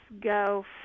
go